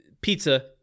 pizza